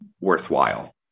worthwhile